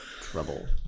trouble